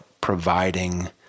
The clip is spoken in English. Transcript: providing